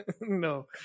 No